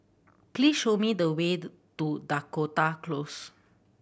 please show me the way to Dakota Close